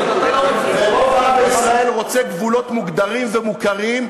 רוב העם בישראל רוצה גבולות מוגדרים ומוכרים,